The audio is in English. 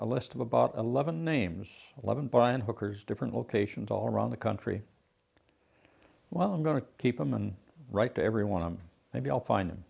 a list of about eleven names eleven but hookers different locations all around the country well i'm going to keep them and write to everyone and maybe i'll find